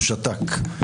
הוא שתק.